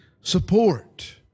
support